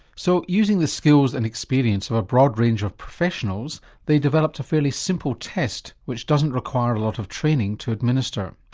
so using the skills and experience of a broad range of professionals they developed developed a fairly simple test which doesn't require a lot of training to administer.